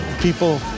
people